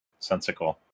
sensical